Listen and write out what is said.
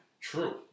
True